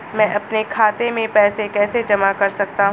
मैं अपने बैंक खाते में पैसे कैसे जमा कर सकता हूँ?